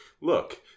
Look